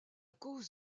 cause